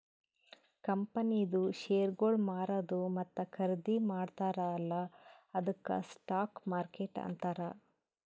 ಕಂಪನಿದು ಶೇರ್ಗೊಳ್ ಮಾರದು ಮತ್ತ ಖರ್ದಿ ಮಾಡ್ತಾರ ಅಲ್ಲಾ ಅದ್ದುಕ್ ಸ್ಟಾಕ್ ಮಾರ್ಕೆಟ್ ಅಂತಾರ್